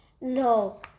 No